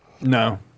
No